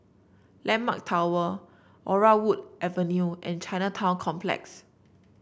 landmark Tower Laurel Wood Avenue and Chinatown Complex